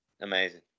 Amazing